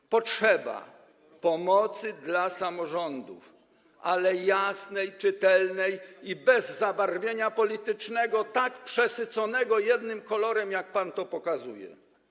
Jest potrzeba pomocy dla samorządów, ale jasnej, czytelnej i bez zabarwienia politycznego, tak przesyconego jednym kolorem, jak pan to pokazuje.